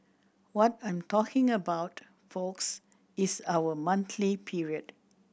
what I'm talking about folks is our monthly period